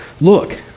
look